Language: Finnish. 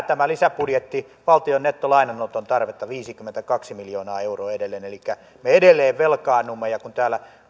tämä lisäbudjetti lisää valtion nettolainanoton tarvetta viisikymmentäkaksi miljoonaa euroa edelleen elikkä me edelleen velkaannumme ja kun täällä